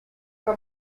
que